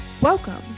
Welcome